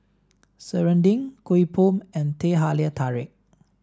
Serunding Kuih Bom and Teh Halia Tarik